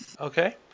Okay